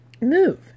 move